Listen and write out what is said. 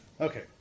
Okay